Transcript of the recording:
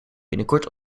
binnenkort